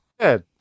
Good